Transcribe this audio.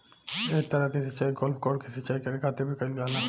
एह तरह के सिचाई गोल्फ कोर्ट के सिंचाई करे खातिर भी कईल जाला